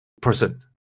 person